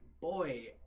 boy